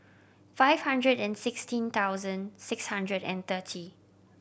five hundred and sixteen thousand six hundred and thirty